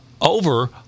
over